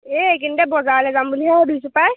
এই এইকেইদিনতে বজাৰলৈ যাম বুলিহে ভাবিছোঁ পাই